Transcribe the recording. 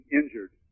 injured